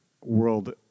world